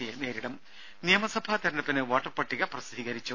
സിയെ നേരിടും രുദ നിയമസഭാ തിരഞ്ഞെടുപ്പിന് വോട്ടർ പട്ടിക പ്രസിദ്ധീകരിച്ചു